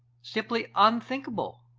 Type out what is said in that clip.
simply unthinkable.